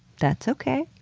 that's okay.